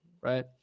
right